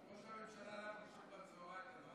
ראש הממשלה הלך לישון צוהריים.